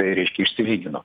reiškia išsilygino